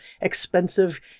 expensive